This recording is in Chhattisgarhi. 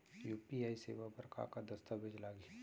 यू.पी.आई सेवा बर का का दस्तावेज लागही?